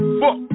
fuck